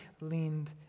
leaned